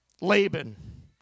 Laban